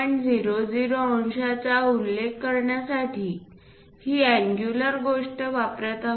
00 अंशांचा उल्लेख करण्यासाठी ही अँगुलर गोष्ट वापरत आहोत